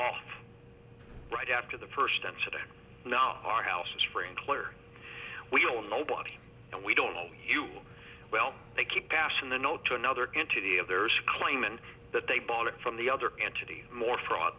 off right after the first incident now our house is sprinkler we all nobody and we don't know you well they keep asking the no to another entity others claim and that they bought it from the other entity more fraud